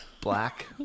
black